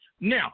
Now